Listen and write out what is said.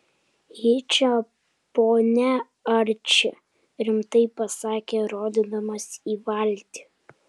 ji čia pone arči rimtai pasakė rodydamas į valtį